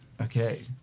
Okay